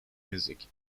music